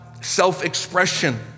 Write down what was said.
self-expression